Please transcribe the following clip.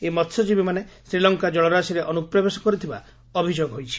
ଏହି ମସ୍ୟଜୀବୀମାନେ ଶ୍ରୀଲଙ୍କା ଜଳରାଶିରେ ଅନୁପ୍ରବେଶ କରିଥିବା ଅଭିଯୋଗ ହୋଇଛି